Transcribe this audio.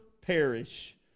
perish